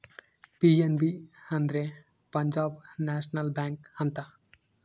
PNB ಅಂದ್ರೆ Punjab national bank ಅಂತ